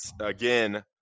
again